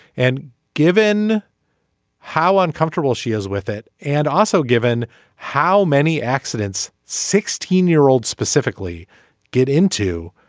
and given how uncomfortable she is with it and also given how many accidents sixteen year old specifically get into.